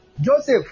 Joseph